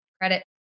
credit